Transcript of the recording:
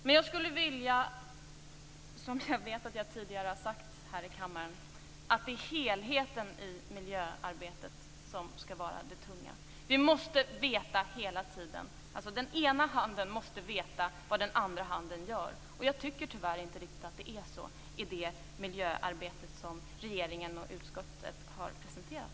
Men jag skulle vilja, som jag tidigare sagt i kammaren, att det är helheten i miljöarbetet som skall vara det tunga. Den ena handen måste hela tiden veta vad den andra gör. Jag tycker tyvärr inte riktigt att det är så i det miljöarbete som regeringen och utskottet har presenterat.